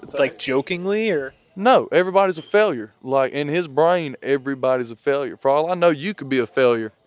like jokingly, or no. everybody's a failure. like in his brain, everybody's a failure. for all i know, you could be a failure.